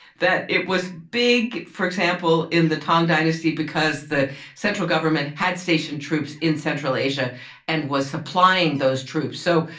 that it was big, for example, in the tang dynasty because the central government had stationed troops in central asia and was supplying those troops. so,